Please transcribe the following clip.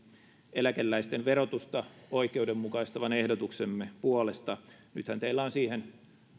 eläkeläisten verotusta oikeudenmukaistavan ehdotuksemme puolesta nythän teillä on siihen